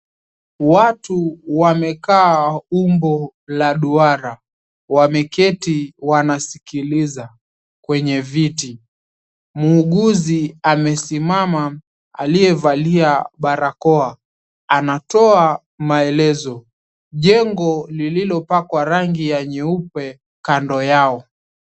Watu wamekaa umbo la duara wameketi wanasikiliza kwenye viti muuguzi amesimama aliyevalia barakoa anatoa maelezo. Jengo lililopakwa rangi ya nyeupe kando yao.